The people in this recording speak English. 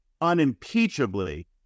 unimpeachably